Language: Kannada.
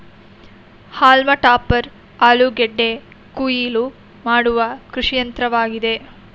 ಹಾಲ್ಮ ಟಾಪರ್ ಆಲೂಗೆಡ್ಡೆ ಕುಯಿಲು ಮಾಡುವ ಕೃಷಿಯಂತ್ರವಾಗಿದೆ